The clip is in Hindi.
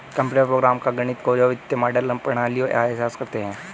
कंप्यूटर प्रोग्राम का गणित जो वित्तीय मॉडल या प्रणालियों का एहसास करते हैं